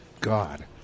God